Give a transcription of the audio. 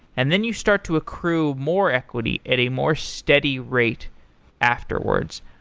and then you start to accrue more equity at a more steady rate afterwards.